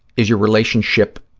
is your relationship